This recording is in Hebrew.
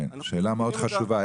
כן, שאלה מאוד חשובה.